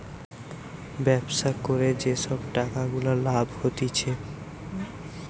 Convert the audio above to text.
ব্যবসা করে যে সব টাকা গুলা লাভ হতিছে